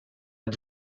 and